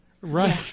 Right